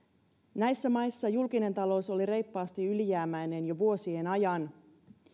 näissä maissa julkinen talous oli reippaasti ylijäämäinen jo vuosien ajan